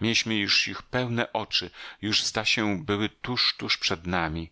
mieliśmy ich już pełne oczy już zda się były tuż tuż przed nami